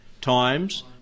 Times